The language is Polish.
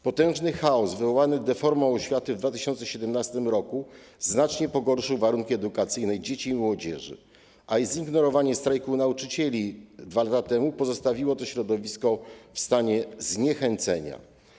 Potężny chaos wywołany deformą oświaty w 2017 r. znacznie pogorszył warunki edukacyjne dzieci i młodzieży, a zignorowanie strajku nauczycieli 2 lata temu pozostawiło to środowisko w stanie zniechęcenia.